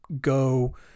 go